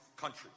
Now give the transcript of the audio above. country